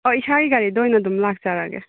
ꯍꯣꯏ ꯏꯁꯥꯒꯤ ꯒꯥꯔꯤꯗ ꯑꯣꯏꯅ ꯑꯗꯨꯝ ꯂꯥꯛꯆꯔꯒꯦ